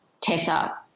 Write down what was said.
Tessa